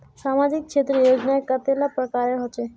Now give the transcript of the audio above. सामाजिक क्षेत्र योजनाएँ कतेला प्रकारेर होचे?